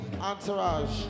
Entourage